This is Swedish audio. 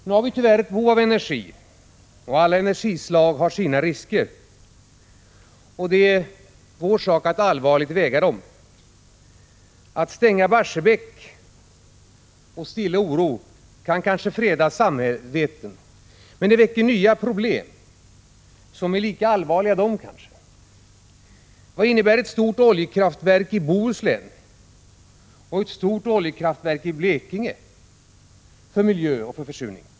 Nu har vi, tyvärr, ett behov av energi, och alla energislag har sina risker — det är vår sak att allvarligt överväga dem. Att stänga Barsebäck och stilla oro kan kanske freda samvetet, men det väcker nya problem som kanske är lika allvarliga. Vad innebär ett stort oljekraftverk i Bohuslän och ett i Blekinge för miljö och försurning?